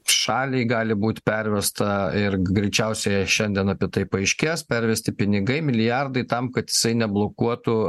šaliai gali būti pervesta ir greičiausiai šiandien apie tai paaiškės pervesti pinigai milijardai tam kad jisai neblokuotų